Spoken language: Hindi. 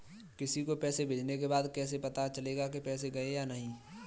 किसी को पैसे भेजने के बाद कैसे पता चलेगा कि पैसे गए या नहीं?